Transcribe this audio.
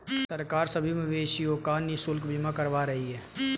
सरकार सभी मवेशियों का निशुल्क बीमा करवा रही है